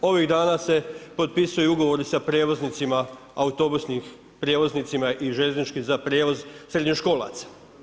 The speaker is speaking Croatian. Ovih dana se potpisuju ugovori sa prijevoznicima autobusnih, prijevoznicima i željezničkim za prijevoz srednjoškolaca.